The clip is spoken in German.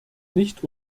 nicht